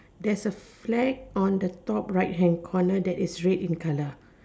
there's a flag on the top right hand corner that is red in colour